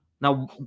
Now